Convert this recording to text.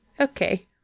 Okay